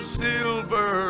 silver